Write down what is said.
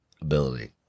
ability